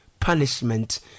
punishment